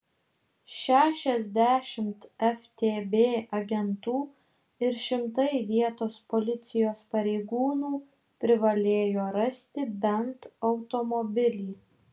šešiasdešimt ftb agentų ir šimtai vietos policijos pareigūnų privalėjo rasti bent automobilį